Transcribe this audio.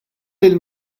lill